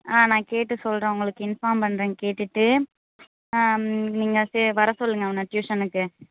ஆ நான் கேட்டு சொல்கிறேன் உங்களுக்கு இன்ஃபார்ம் பண்ணுறேன் கேட்டுவிட்டு நீங்கள் சே வர சொல்லுங்கள் அவனை ட்யூஷனுக்கு